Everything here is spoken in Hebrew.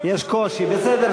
יש קושי, בסדר.